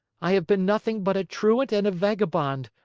i have been nothing but a truant and a vagabond.